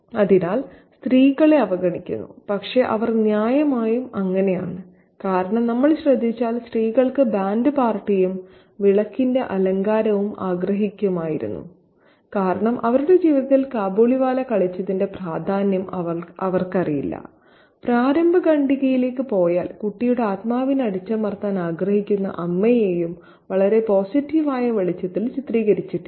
അതിനാൽ സ്ത്രീകളെ അവഗണിക്കുന്നു പക്ഷേ അവർ ന്യായമായും അങ്ങനെയാണ് കാരണം നമ്മൾ ശ്രദ്ധിച്ചാൽ സ്ത്രീകൾക്ക് ബാൻഡ് പാർട്ടിയും വിളക്കിന്റെ അലങ്കാരവും ആഗ്രഹിക്കുമായിരുന്നു കാരണം അവരുടെ ജീവിതത്തിൽ കാബൂളിവാല കളിച്ചതിന്റെ പ്രാധാന്യം അവർക്കറിയില്ല പ്രാരംഭ ഖണ്ഡികയിലേക്ക് പോയാൽ കുട്ടിയുടെ ആത്മാവിനെ അടിച്ചമർത്താൻ ആഗ്രഹിക്കുന്ന അമ്മയെയും വളരെ പോസിറ്റീവായ വെളിച്ചത്തിൽ ചിത്രീകരിച്ചിട്ടില്ല